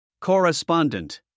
Correspondent